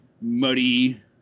muddy